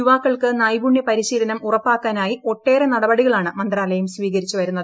യുവാക്കൾക്ക് നൈപുണ്യ പരിശീലനം ഉറപ്പാക്കാനായി ഒട്ടേറെ നടപടികളാണ് മന്ത്രാലയം സ്വീകരിച്ചുവരുന്നത്